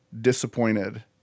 disappointed